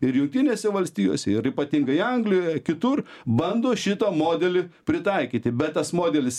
ir jungtinėse valstijose ir ypatingai anglijoje kitur bando šitą modelį pritaikyti bet tas modelis